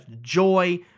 joy